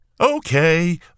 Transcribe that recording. Okay